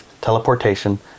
teleportation